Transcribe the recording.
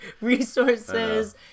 resources